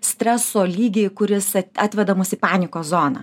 streso lygį kuris atveda mus į panikos zoną